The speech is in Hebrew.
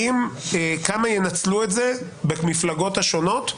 כמה ינצלו את זה במפלגות השונות?